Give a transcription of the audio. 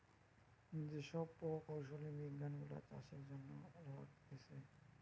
যে সব প্রকৌশলী বিজ্ঞান গুলা চাষের জন্য লাগতিছে